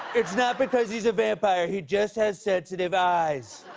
it's not because he's a vampire! he just has sensitive eyes!